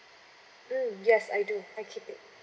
mm yes I do I keep it